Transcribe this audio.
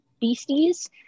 beasties